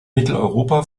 mitteleuropa